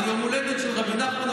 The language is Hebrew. זה יום הולדת של רבי נחמן.